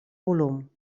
volum